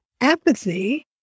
apathy